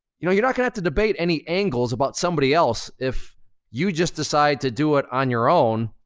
you know you're not gonna have to debate any angles about somebody else if you just decide to do it on your own,